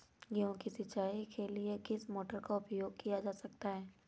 गेहूँ सिंचाई के लिए किस मोटर का उपयोग किया जा सकता है?